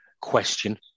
question